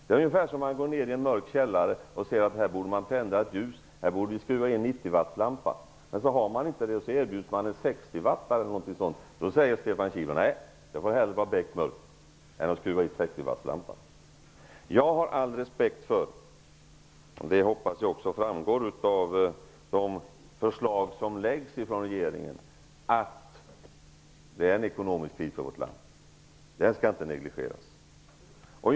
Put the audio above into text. Det är ungefär som om Stefan Kihlberg går ner i en mörk källare och ser att man borde tända ett ljus. Han tycker då att man borde skruva i en 90-wattslampa. Eftersom det inte finns en sådan lampa erbjuds han en 60-wattslampa. Då säger Stefan Kihlberg att det hellre får vara beck mörkt. Jag har all respekt för att det är en ekonomisk kris i vårt land; det skall inte negligeras. Jag hoppas att det framgår av de förslag som läggs fram av regeringen.